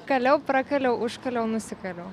kaliau prakaliau užkaliau nusikaliau